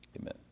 Amen